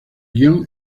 guión